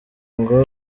ngo